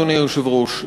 אדוני היושב-ראש,